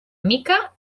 mica